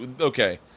okay